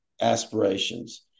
aspirations